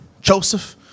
Joseph